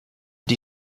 die